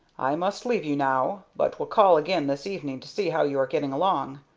i must leave you now, but will call again this evening to see how you are getting along.